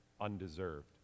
undeserved